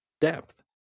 depth